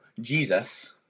Jesus